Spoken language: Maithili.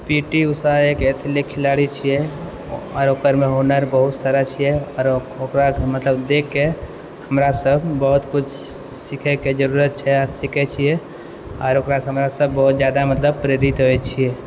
पीटी उषा एक एथेलिट खेलाड़ी छियै आओर ओकरमे हुनर बहुत सारा छियै आओर ओकरा मतलब देखके हमरासब बहुत कुछ सीखैके जरूरत छै आओर सीखै छियै आओर ओकरासँ हमरासब बहुत जादा मतलब प्रेरित होइ छियै